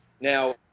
Now